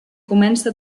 comença